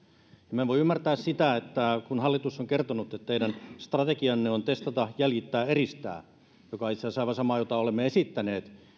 minä en voi ymmärtää sitä että kun hallitus on kertonut että teidän strategianne on testata jäljittää eristää joka itse asiassa on aivan sama jota olemme esittäneet